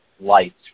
lights